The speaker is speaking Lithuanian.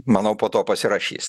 manau po to pasirašys